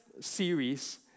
series